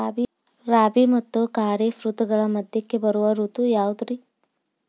ರಾಬಿ ಮತ್ತ ಖಾರಿಫ್ ಋತುಗಳ ಮಧ್ಯಕ್ಕ ಬರೋ ಋತು ಯಾವುದ್ರೇ?